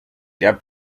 their